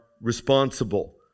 responsible